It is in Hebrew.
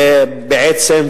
בעצם,